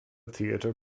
theater